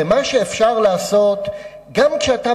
כנראה שיש גבול למה שאפשר לעשות גם כשאתה